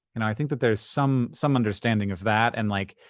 and i think that there's some some understanding of that and, like,